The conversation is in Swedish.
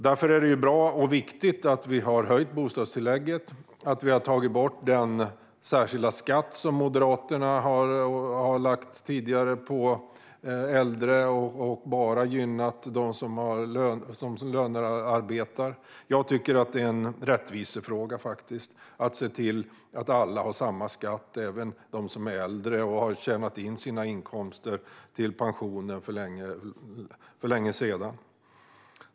Därför är det bra och viktigt att vi har höjt bostadstillägget och tagit bort den särskilda skatt som Moderaterna tidigare lagt på äldre och som bara gynnar dem som lönearbetar. Jag tycker att det är en rättvisefråga att se till att alla har samma skatt, även de som är äldre och har tjänat in sina inkomster till pensionen för länge sedan.